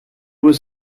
was